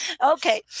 Okay